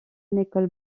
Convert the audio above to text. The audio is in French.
nicole